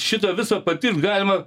šitą visą patirt galima